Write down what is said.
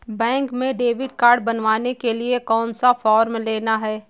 Bank में debit card बनवाने के लिए कौन सा फॉर्म लेना है?